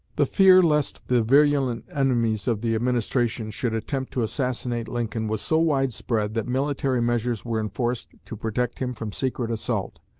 the fear lest the virulent enemies of the administration should attempt to assassinate lincoln was so wide-spread that military measures were enforced to protect him from secret assault.